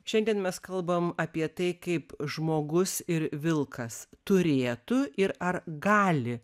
šiandien mes kalbam apie tai kaip žmogus ir vilkas turėtų ir ar gali